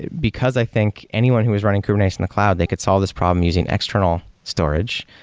because i think anyone who is running kubernetes in the cloud, they could solve this problem using external storage,